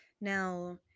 now